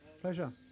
Pleasure